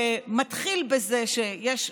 שמתחיל בזה שיש,